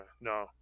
No